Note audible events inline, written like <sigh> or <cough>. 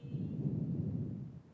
<breath>